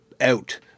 out